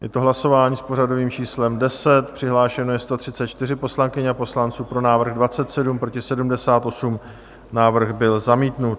Je to hlasování s pořadovým číslem 10, přihlášeno je 134 poslankyň a poslanců, pro návrh 27, proti 78, návrh byl zamítnut.